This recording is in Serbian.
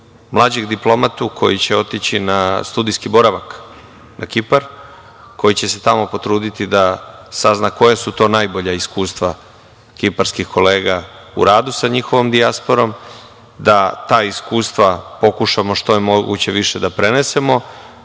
mlađeg diplomatu koji će otići na studijski boravak, na Kipar, koji će se tamo potruditi da sazna koje su to najbolja iskustva kiparskih kolega u radu sa njihovom dijasporom, da ta iskustva, pokušamo što je više moguće da prenesemo,